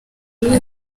arapfa